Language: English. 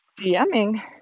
DMing